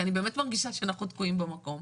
כי אני באמת מרגישה שאנחנו תקועים במקום,